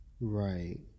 Right